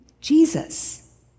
Jesus